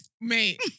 Mate